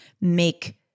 make